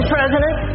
President